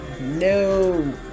no